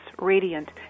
radiant